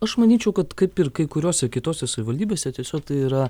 aš manyčiau kad kaip ir kai kuriose kitose savivaldybėse tiesiog tai yra